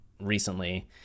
recently